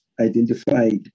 identified